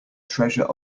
treasure